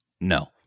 No